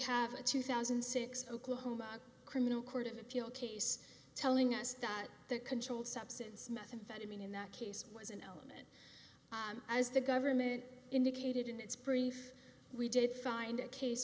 have a two thousand and six oklahoma criminal court of appeal case telling us that the controlled substance methamphetamine in that case was an element as the government indicated in its brief we did find a case